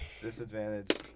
Disadvantage